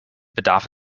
bedarf